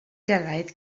gyrraedd